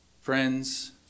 friends